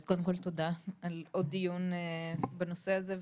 אז קודם כל תודה על עוד דיון בנושא הזה,